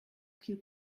qu’il